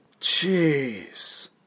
Jeez